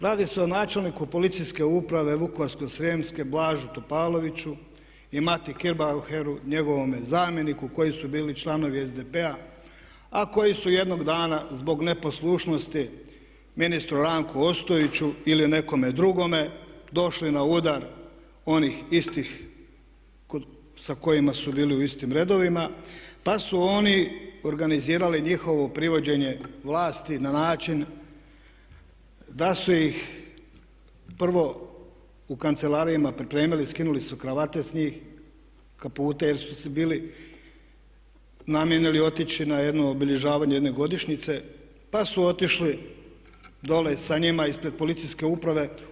Radi se o načelniku policijske uprave Vukovarsko-srijemske Blažu Topaloviću i Mati Kirbaheru njegovome zamjeniku koji su bili članovi SDP-a, a koji su jednog dana zbog neposlušnosti ministru Ranku Ostojiću ili nekome drugome došli na udar onih istih sa kojima su bili u istim redovima, pa su oni organizirali njihovo privođenje vlasti na način da su ih prvo u kancelarijama pripremili, skinuli su kravate sa njih, kapute jer su bili namijenili otići na jedno obilježavanje jedne godišnjice, pa su otišli dole sa njima ispred policijske uprave.